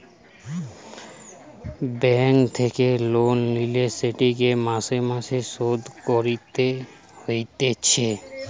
bank থেকে loan লিলে সেটিকে মাসে মাসে শোধ করতে হতিছে